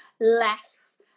less